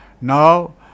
Now